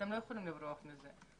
אתם לא יכולים לברוח מזה.